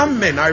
Amen